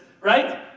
Right